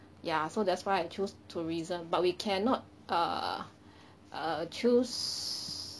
ya so that's why I choose tourism but we cannot err err choose